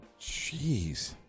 Jeez